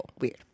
weird